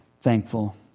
thankful